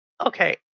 Okay